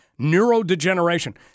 Neurodegeneration